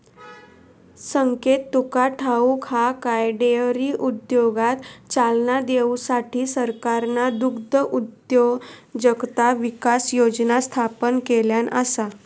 संकेत तुका ठाऊक हा काय, डेअरी उद्योगाक चालना देऊसाठी सरकारना दुग्धउद्योजकता विकास योजना स्थापन केल्यान आसा